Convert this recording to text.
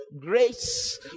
grace